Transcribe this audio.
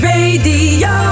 Radio